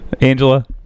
Angela